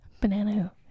Banana